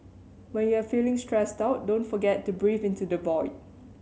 when you are feeling stressed out don't forget to breathe into the void